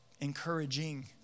encouraging